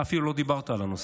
אתה אפילו לא דיברת על הנושא,